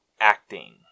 acting